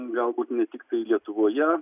galbūt ne tiktai lietuvoje